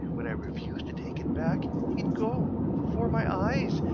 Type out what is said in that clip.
when i refused to take it back, he'd go, before my eyes,